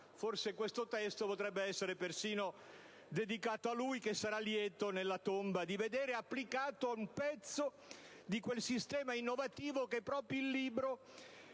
Forse questo testo potrebbe essere persino dedicato a lui, che sarà lieto nella tomba di vedere applicato un pezzo di quel sistema innovativo che proprio il libro